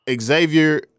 Xavier